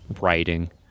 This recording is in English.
writing